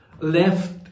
left